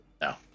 No